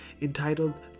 entitled